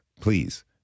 Please